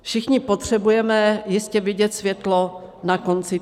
Všichni potřebujeme jistě vidět světlo na konci tunelu.